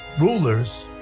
rulers